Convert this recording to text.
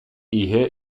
ehe